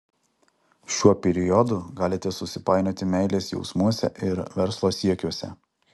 šiuo periodu galite susipainioti meilės jausmuose ir verslo siekiuose